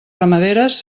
ramaderes